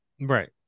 Right